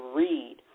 read